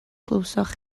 glywsoch